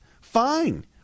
Fine